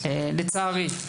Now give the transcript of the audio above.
לצערי,